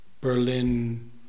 Berlin